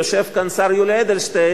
יושב כאן השר יולי אדלשטיין,